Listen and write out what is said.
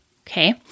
Okay